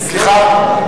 מענקים שוטפים לרשויות,